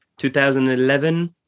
2011